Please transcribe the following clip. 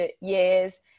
years